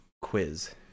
quiz